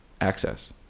access